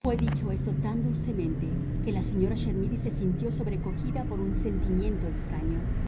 fue dicho esto tan dulcemente que la señora chermidy se sintió sobrecogida por un sentimiento extraño